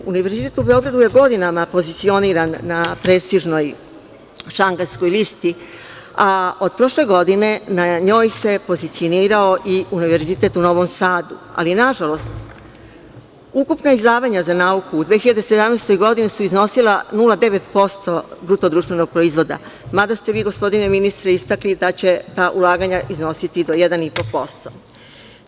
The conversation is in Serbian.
Univerzitet u Beogradu je godinama pozicioniran na prestižnoj Šangajskoj listi, a od prošle godine na njoj se pozicionirao i Univerzitet u Novom Sadu, ali nažalost ukupna izdvajanja za nauku u 2017. godini su iznosila 0,9% BDP, mada ste vi, gospodine ministre, istakli da će ta ulaganja iznositi do 1,5%